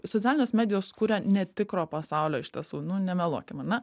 socialinės medijos kuria netikro pasaulio iš tiesų nu nemeluokim ane